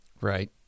Right